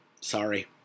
Sorry